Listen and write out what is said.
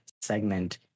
segment